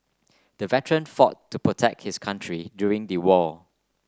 the veteran fought to protect his country during the war